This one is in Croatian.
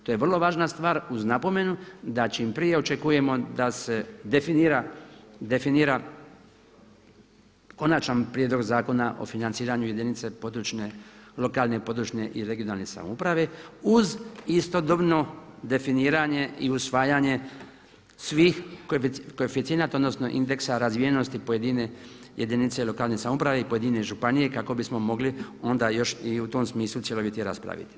To je vrlo važna stvar uz napomenu da čim prije očekujemo da se definira konačan Prijedlog zakona o financiranju jedinice područne, lokalne i područne i regionalne samouprave uz istodobno definiranje i usvajanje svih koeficijenata, odnosno indeksa razvijenosti pojedine jedinice lokalne samouprave i pojedine županije kako bismo mogli onda još i u tom smislu cjelovitije raspraviti.